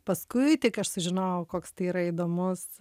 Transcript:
paskui tik aš sužinojau koks tai yra įdomus